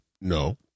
no